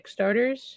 Kickstarters